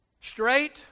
straight